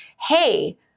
hey